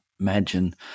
imagine